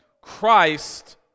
Christ